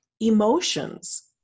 emotions